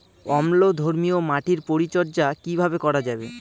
অম্লধর্মীয় মাটির পরিচর্যা কিভাবে করা যাবে?